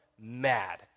mad